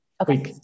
Okay